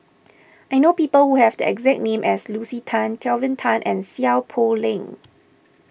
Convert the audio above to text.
I know people who have the exact name as Lucy Tan Kelvin Tan and Seow Poh Leng